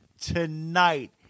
Tonight